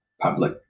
public